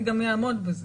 אני גם אעמוד בזה,